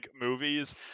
movies